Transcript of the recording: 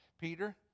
Peter